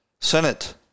Senate